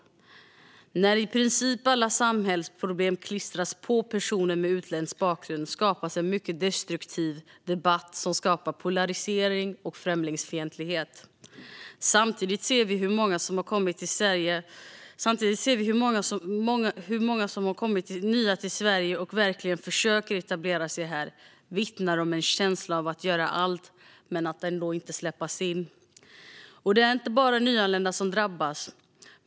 När i princip alla samhällsproblem klistras på personer med utländsk bakgrund skapas en mycket destruktiv debatt som ger upphov till polarisering och främlingsfientlighet. Samtidigt vittnar många som har kommit nya till Sverige och verkligen försöker etablera sig här om en känsla av att göra allt men ändå inte släppas in. Och det är inte bara nyanlända som drabbas.